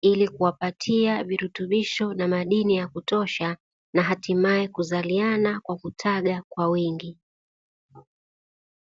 ili kuwapatia virutubisho na madini ya kutosha na hatimae kuzaliana na kutaga kwa wingi.